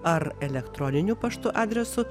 ar elektroniniu paštu adresu